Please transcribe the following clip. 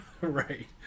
Right